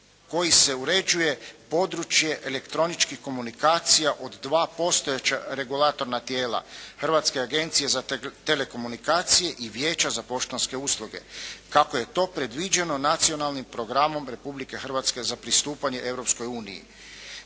kojim se uređuje područje elektroničkih komunikacija od 2 postojeća regulatorna tijela, Hrvatske agencije za telekomunikacije i Vijeća za poštanske usluge kako je to predviđeno Nacionalnim programom Republike Hrvatske za pristupanje Europskoj uniji